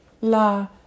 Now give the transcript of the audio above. la